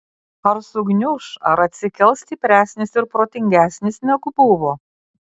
ar sugniuš ar atsikels stipresnis ir protingesnis negu buvo